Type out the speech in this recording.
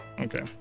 Okay